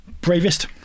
Bravest